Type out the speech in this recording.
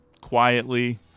quietly